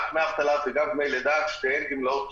גם דמי אבטלה וגם דמי לידה, שתיהן גמלאות